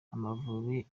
amavubi